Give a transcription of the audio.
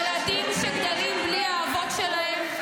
ילדים שגרים בלי האבות שלהם?